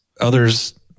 Others